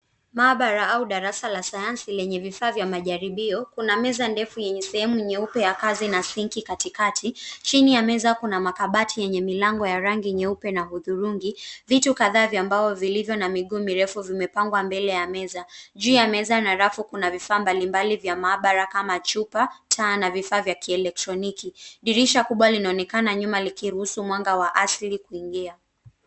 Maabara au darasa la sayansi lenye vifaa vya majaribio, kuna meza ndefu yenye sehemu nyeupe ya kazi na sinki katikati. Chini ya meza kuna makabati yenye milango ya rangi nyeupe na hudhurungi. Vitu kadhaa vya mbao vilivyo na miguu mirefu vimepangwa mbele ya meza. Juu ya meza na rafu kuna vifaa mbalimbali vya maabara kama chupa, taa na vifaa vya kielektroniki. Dirisha kubwa linaonekana nyuma likiruhusu mwanga wa asili kuingia.